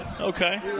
okay